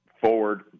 forward